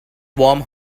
warm